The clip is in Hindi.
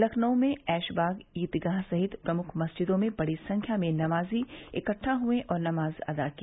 लखनऊ में ऐशबाग ईदगाह सहित प्रमुख मस्जिदों में बड़ी संख्या में नमाजी इकट्ठा हुये और नमाज अदा की